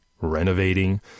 renovating